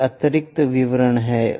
ये अतिरिक्त विवरण हैं